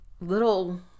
little